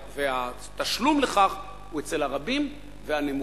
והתשלום על כך הם אצל הרבים והנמוכים.